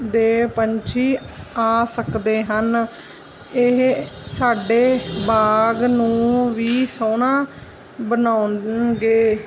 ਦੇ ਪੰਛੀ ਆ ਸਕਦੇ ਹਨ ਇਹ ਸਾਡੇ ਬਾਗ ਨੂੰ ਵੀ ਸੋਹਣਾ ਬਣਾਉਣਗੇ